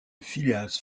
phileas